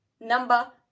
number